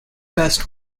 best